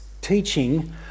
teaching